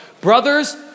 Brothers